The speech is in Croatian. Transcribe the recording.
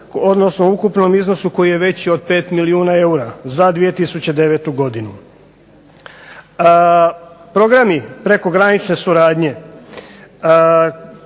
o ukupnom iznosu koji je veći od 5 milijuna eura za 2009. godinu. Programi prekogranične suradnje